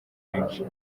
menshi